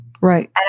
Right